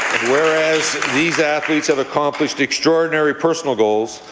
whereas these athletes have accomplished extraordinary personal goals,